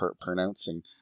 pronouncing